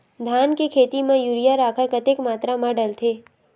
धान के खेती म यूरिया राखर कतेक मात्रा म डलथे?